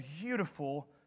beautiful